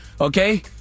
okay